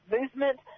movement